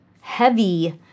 Heavy